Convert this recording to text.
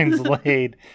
laid